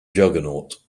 juggernaut